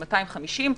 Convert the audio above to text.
250,